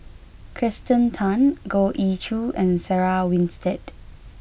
Kirsten Tan Goh Ee Choo and Sarah Winstedt